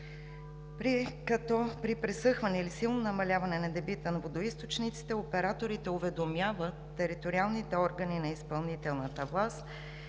при пресъхване или силно намаляване на дебита на водоизточниците, операторите уведомяват териториалните органи на изпълнителната власт